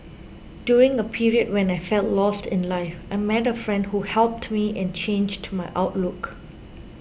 during a period when I felt lost in life I met a friend who helped me and changed my outlook